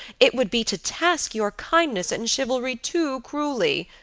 it would be to task your kindness and chivalry too cruelly,